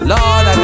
Lord